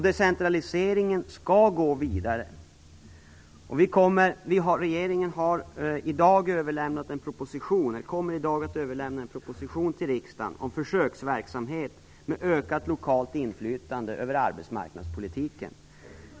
Decentraliseringen skall också gå vidare. Regeringen kommer i dag att överlämna en proposition till riksdagen om försöksverksamhet med ökat lokalt inflytande över arbetsmarknadspolitiken.